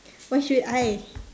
why should I